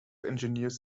engineers